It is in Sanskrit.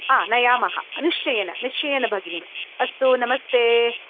हा नयामः निश्चयेन निश्चयेन भगिनि अस्तु नमस्ते